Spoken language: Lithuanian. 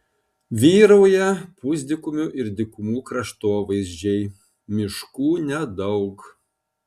vyrauja pusdykumių ir dykumų kraštovaizdžiai miškų nedaug